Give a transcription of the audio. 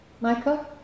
Michael